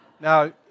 Now